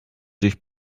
durch